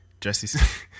Jesse